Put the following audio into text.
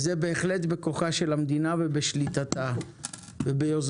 זה בהחלט בכוחה של המדינה בשליטתה וביוזמתה.